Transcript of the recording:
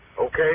Okay